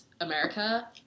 America